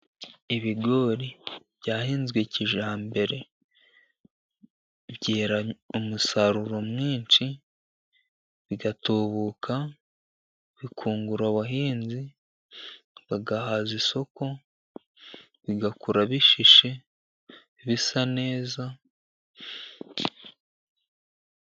Ibigori byahinzwe kijambere. Byera umusaruro mwinshi, bigatubuka, bikungura abahinzi, bagahaza isoko, bigakura bishishe bisa neza.